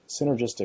synergistic